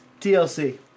TLC